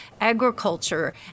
agriculture